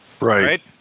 Right